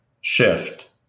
shift